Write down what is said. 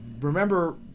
remember